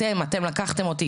אתם לקחתם אותי,